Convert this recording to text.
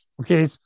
okay